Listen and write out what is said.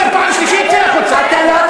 קץ לתופעה שהיא בלתי דמוקרטית בעליל.